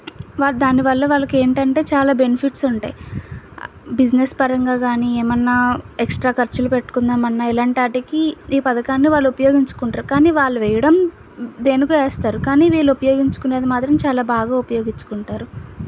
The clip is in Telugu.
వాళ్ళు దానివల్ల వాళ్ళకి ఏంటంటే చాలా బెనిఫిట్స్ ఉంటాయి బిజినెస్ పరంగా కానీ ఏమైనా ఎక్స్ట్రా ఖర్చులు పెట్టుకుందామన్నా ఇలాంటి వాటికి ఈ పథకాన్ని వాళ్ళు ఉపయోగించుకుంటారు కానీ వాళ్ళకి వేయడం దేనికో వేస్తారు కానీ ఉపయోగించుకునేది మాత్రం చాలా బాగా ఉపయోగించుకుంటారు